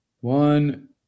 One